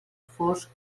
fosc